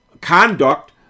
conduct